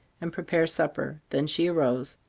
and prepare supper, then she arose.